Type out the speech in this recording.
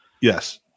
Yes